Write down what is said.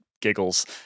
giggles